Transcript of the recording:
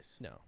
No